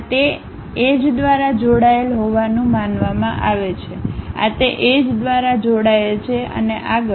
આ તે એજ દ્વારા જોડાયેલ હોવાનું માનવામાં આવે છે આ તે એજ દ્વારા જોડાયેલ છે અને આગળ